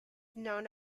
known